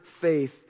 faith